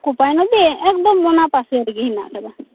ᱠᱳᱯᱟᱭ ᱱᱚᱫᱤ ᱮᱠᱫᱚᱢ ᱚᱱᱟ ᱯᱟᱥᱮ ᱨᱮᱜᱮ ᱦᱮᱱᱟᱜ ᱟᱠᱟᱫᱟ